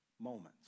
moments